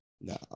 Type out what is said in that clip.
No